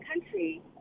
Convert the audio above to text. country